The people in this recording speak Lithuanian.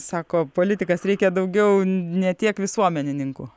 sako politikas reikia daugiau ne tiek visuomenininkų